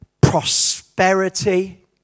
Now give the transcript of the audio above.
prosperity